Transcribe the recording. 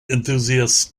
enthusiast